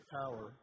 power